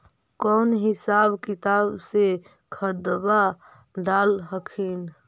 कौन हिसाब किताब से खदबा डाल हखिन?